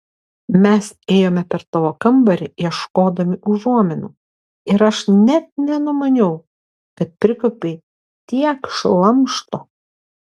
mes ėjome per tavo kambarį ieškodami užuominų ir aš net nenumaniau kad prikaupei tiek šlamšto